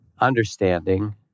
Understanding